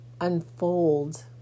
unfold